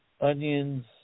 onions